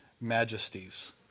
majesties